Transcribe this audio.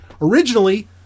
originally